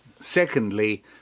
secondly